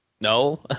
No